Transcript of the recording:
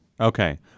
Okay